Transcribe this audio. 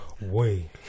wait